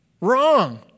Wrong